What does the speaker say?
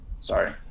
Sorry